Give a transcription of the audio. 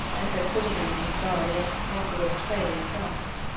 as though putting him on his guard against a possible betrayal of trust.